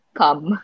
come